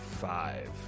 five